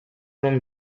non